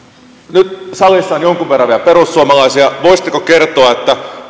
nyt salissa on vielä jonkun verran perussuomalaisia voisitteko kertoa